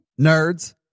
nerds